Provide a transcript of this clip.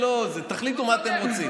תחליטו מה אתם רוצים.